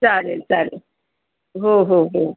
चालेल चालेल हो हो हो